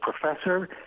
professor